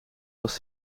was